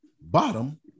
bottom